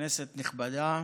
כנסת נכבדה,